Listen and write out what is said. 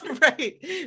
Right